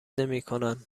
نمیکنند